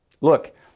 Look